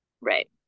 Right